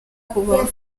kubaho